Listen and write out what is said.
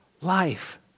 life